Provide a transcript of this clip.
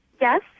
Yes